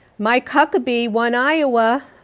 mike huckabee won iowa